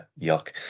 yuck